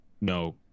no